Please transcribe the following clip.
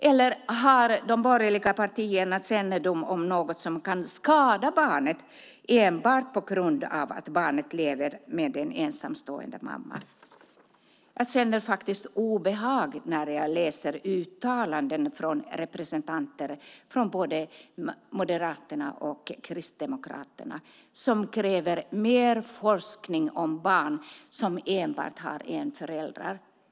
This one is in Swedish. Eller har de borgerliga partierna kännedom om något som kan skada barnet enbart på grund av att barnet lever med en ensamstående mamma? Jag känner faktiskt obehag när jag läser uttalanden av representanter för både Moderaterna och Kristdemokraterna, som kräver mer forskning om barn som har endast en förälder.